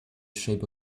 shape